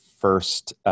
first